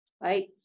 right